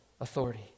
authority